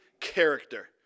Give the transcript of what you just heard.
character